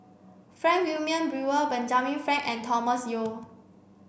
Frank Wilmin Brewer Benjamin Frank and Thomas Yeo